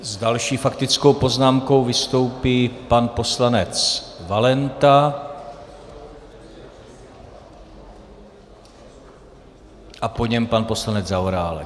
S další faktickou poznámkou vystoupí pan poslanec Valenta a po něm pan poslanec Zaorálek.